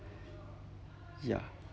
yeah